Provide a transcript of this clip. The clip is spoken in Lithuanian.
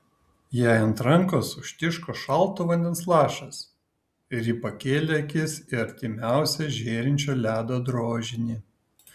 jai ant rankos užtiško šalto vandens lašas ir ji pakėlė akis į artimiausią žėrinčio ledo drožinį